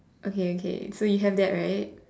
okay okay so you have that right